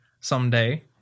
someday